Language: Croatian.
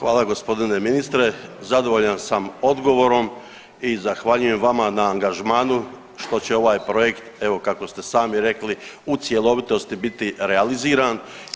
Hvala gospodine ministre, zadovoljan sam odgovorom i zahvaljujem vama na angažmanu što će ovaj projekt evo kako ste sami rekli u cjelovitosti biti realiziran.